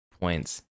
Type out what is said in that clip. points